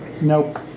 nope